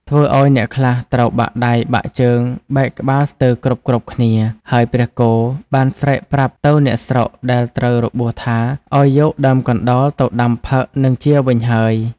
ធ្វើឲ្យអ្នកខ្លះត្រូវបាក់ដៃ បាក់ជើង បែកក្បាលស្ទើរគ្រប់ៗគ្នា ហើយព្រះគោបានស្រែកប្រាប់ទៅអ្នកស្រុកដែលត្រូវរបួសថាឲ្យយកដើមកណ្ដោលទៅដាំផឹកនឹងជាវិញហើយ ។